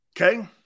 Okay